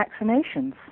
vaccinations